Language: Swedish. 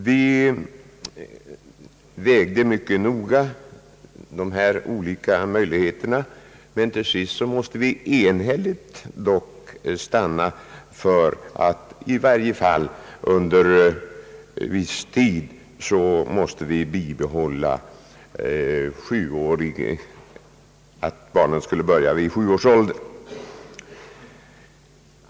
Vi vägde mycket noga de olika möjligheterna mot varandra, men till sist måste vi enhälligt stanna vid att i varje fall under en viss tid bibehålla systemet med en skolinträdesålder av 7 år.